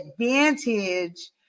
advantage